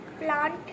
plant